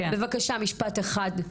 בבקשה משפט אחד.